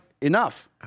enough